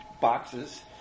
boxes